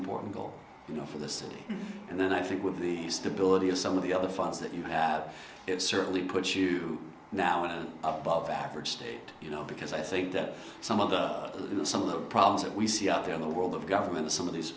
important goal you know for the city and then i think with the stability of some of the other funds that you have it certainly puts you now in an above average state you know because i think that some of the you know some of the problems that we see out there in the world of government some of these